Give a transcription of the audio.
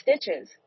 stitches